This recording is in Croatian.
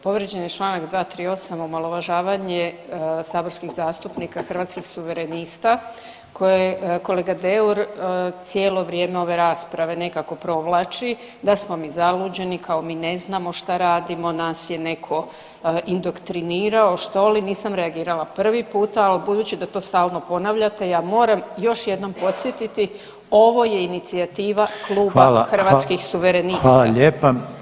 Povrijeđen je Članak 238. omalovažavanje saborskih zastupnika Hrvatski suverenista koje kolega Deur cijelo vrijeme ove rasprave nekako provlači da smo mi zaluđeni kao mi ne znamo šta radimo, nas je netko indoktrinirao što li, nisam reagirala prvi puta ali budući da to stalno ponavljate ja moram još jednom podsjetiti ovo je inicijativa [[Upadica: Hvala, hvala lijepa.]] Kluba Hrvatskih suverenista.